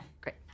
Great